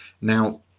Now